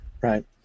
Right